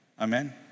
Amen